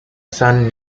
son